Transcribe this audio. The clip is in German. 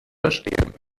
verstehen